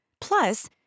Plus